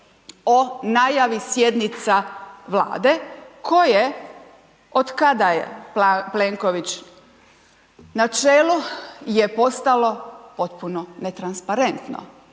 o najavi sjednica Vlade koje otkada je Plenković na čelu je postalo potpuno netransparentno